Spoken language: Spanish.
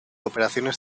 operaciones